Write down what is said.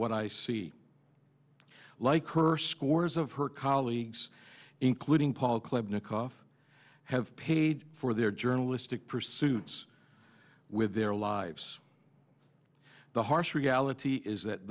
what i see like her scores of her colleagues including paul klebnikov have paid for their journalistic pursuits with their lives the harsh reality is that